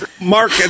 Mark